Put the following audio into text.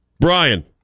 Brian